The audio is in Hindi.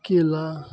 केला